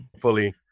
fully